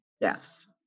yes